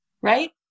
right